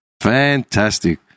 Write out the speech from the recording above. Fantastic